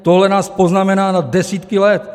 Tohle nás poznamená na desítky let.